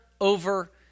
over